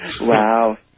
Wow